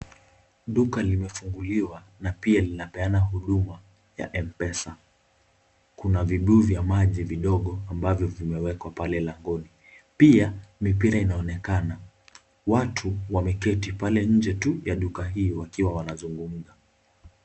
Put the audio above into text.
Duka limefunguliwa na pia linapeana huduma ya Mpesa. Kuna vibuyu vya maji vidogo ambavyo vimewekwa pale langoni. Pia mipira inaonekana. Watu wameketi pale tu nje ya duka hili wakiwa wanazungumza.